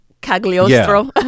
Cagliostro